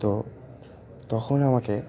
তো তখন আমাকে